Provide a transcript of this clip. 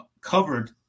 covered